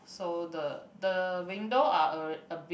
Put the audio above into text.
so the the window are a a bit